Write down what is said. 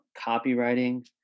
copywriting